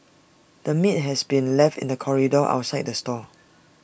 the meat has been left in the corridor outside the stall